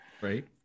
Right